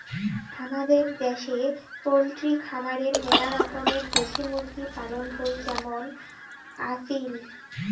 হামাদের দ্যাশে পোলট্রি খামারে মেলা রকমের দেশি মুরগি পালন হই যেমন আসিল